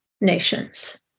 nations